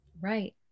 Right